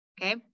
okay